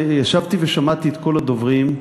ישבתי ושמעתי את כל הדוברים,